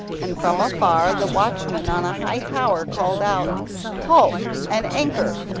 and from afar the watchman on a high tower called out halt and anchor!